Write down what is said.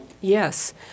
Yes